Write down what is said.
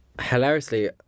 Hilariously